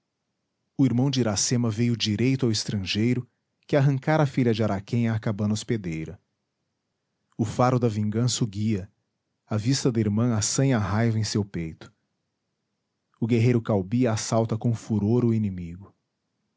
o irmão de iracema veio direito ao estrangeiro que arrancara a filha de araquém à cabana hospedeira o faro da vingança o guia a vista da irmã assanha a raiva em seu peito o guerreiro caubi assalta com furor o inimigo